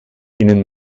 ihnen